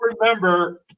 remember